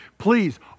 Please